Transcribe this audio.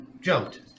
jumped